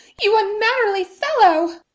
you unmannerly fellow!